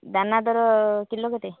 ଦାନାଦାର kilo କେତେ